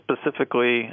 specifically